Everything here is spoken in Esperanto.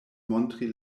montri